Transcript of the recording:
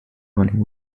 running